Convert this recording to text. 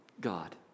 God